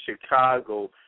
Chicago